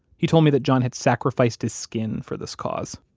he told me that john had sacrificed his skin for this cause